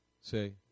say